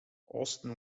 austin